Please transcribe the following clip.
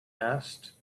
asked